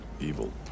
evil